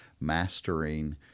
mastering